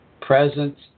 Presence